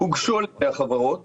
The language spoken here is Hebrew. הוגשו על ידי החברות